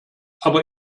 aber